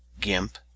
GIMP